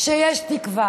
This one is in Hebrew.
שיש תקוה,